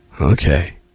okay